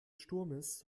sturmes